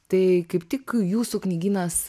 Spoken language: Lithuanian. tai kaip tik jūsų knygynas